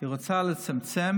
היא רוצה לצמצם,